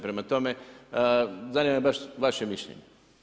Prema tome, zanima me baš vaše mišljenje.